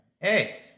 hey